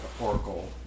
oracle